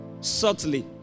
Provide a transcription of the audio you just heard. Subtly